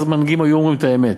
אז מנהיגים אמרו את האמת,